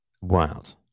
wild